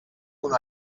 una